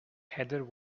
heather